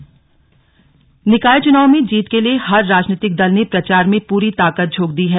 प्रचार थमा निकाय चुनाव में जीत के लिए हर राजनीतिक दल ने प्रचार में पूरी ताकत झोंक दी है